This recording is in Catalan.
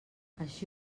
així